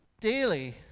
daily